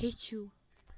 ہیٚچھِو